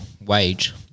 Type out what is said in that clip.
wage